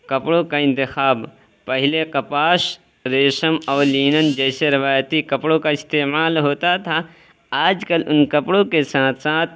کپڑوں کا انتخاب پہلے کپاس ریشم اور لینن جیسے روایتی کپڑوں کا استعمال ہوتا تھا آج کل ان کپڑوں کے ساتھ ساتھ